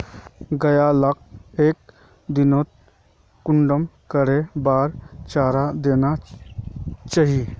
गाय लाक एक दिनोत कुंसम करे बार चारा देना चही?